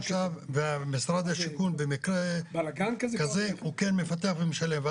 גובים והמשרד השיכון במקרה כזה הוא כן מפתח ומשלם.